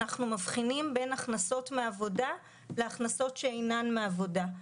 אנחנו מבחינים בין הכנסות מעבודה להכנסות שאינן מעבודה.